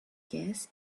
gas